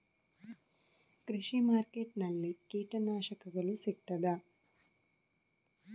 ಕೃಷಿಮಾರ್ಕೆಟ್ ನಲ್ಲಿ ಕೀಟನಾಶಕಗಳು ಸಿಗ್ತದಾ?